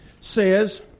says